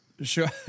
Sure